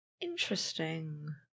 Interesting